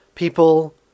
People